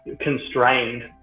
constrained